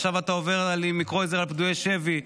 עכשיו אתה עובר עם קרויזר על פדויי שבי,